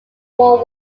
war